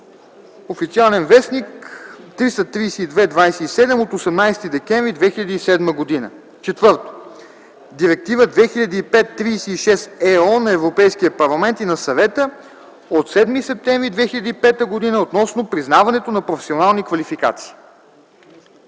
(Официален вестник L 332/27 от 18 декември 2007 г.). 4. Директива 2005/36/ЕО на Европейския парламент и на Съвета от 7 септември 2005 г. относно признаването на професионални квалификации.”